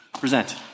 present